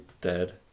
dead